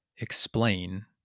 explain